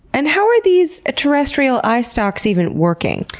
and how are these terrestrial eye stalks even working?